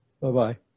Bye-bye